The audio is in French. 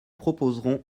proposerons